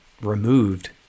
removed